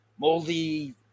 moldy